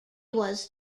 was